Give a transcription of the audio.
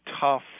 tough